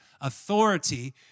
authority